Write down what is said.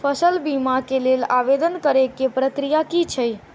फसल बीमा केँ लेल आवेदन करै केँ प्रक्रिया की छै?